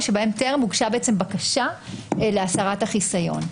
ושבהם טרם הוגשה בקשה להסרת החיסיון.